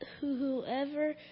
whoever